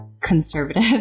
conservative